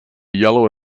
yellow